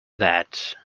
that